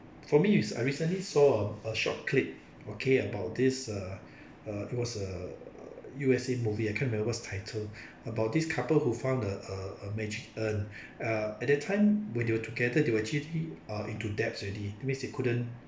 for me is I recently saw a a short clip okay about this err err it was a U_S_A movie I can't remember what's the title about this couple who found a a magic urn uh at that time when they were together they were actually into debts already that means they couldn't